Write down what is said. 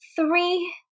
three